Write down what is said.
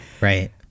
Right